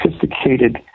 sophisticated